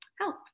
help